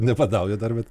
nebadauju dar bet